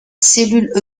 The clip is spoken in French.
cellule